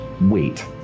Wait